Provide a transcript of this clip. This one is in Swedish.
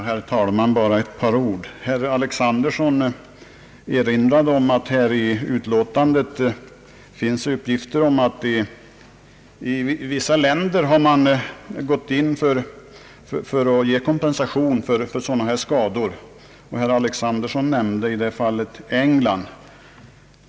Herr talman! Bara ett par ord! Herr Alexanderson erinrade om att det i utlåtandet finns uppgifter om att man i vissa länder gått in för att ge kompensation för skador av detta slag. Han nämnde i detta fall England.